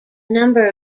number